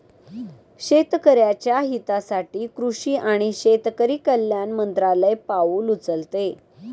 शेतकऱ्याच्या हितासाठी कृषी आणि शेतकरी कल्याण मंत्रालय पाउल उचलते